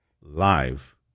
live